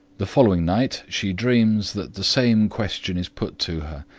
the following night she dreams that the same question is put to her,